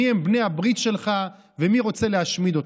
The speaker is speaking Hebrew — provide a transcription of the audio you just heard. מיהם בני הברית שלך ומי רוצה להשמיד אותך.